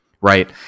right